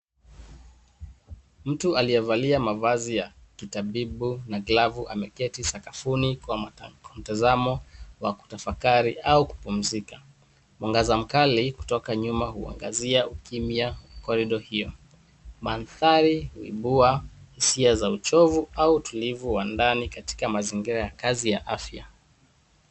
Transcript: Mtu aliyevalia mavazi ya kitabibu na glavu ameketi sakafuni kwa mtazamo wa kutafakari au kupumzika. Mwangaza mkali kutoka nyuma huangazia ukimya corridor hiyo. Mandhari huibua hisia za uchofu au utulivu wa ndani katika mazingira ya kazi ya afya.